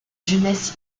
jeunesse